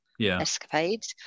escapades